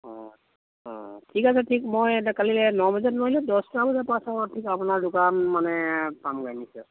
অঁ অঁ ঠিক আছে ঠিক মই এটা কালিলৈ ন বজাত নোৱাৰিলেও দহটা বজাৰ পাছত ঠিক আপোনাৰ দোকান মানে পামগৈ নিশ্চয়